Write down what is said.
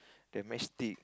the match stick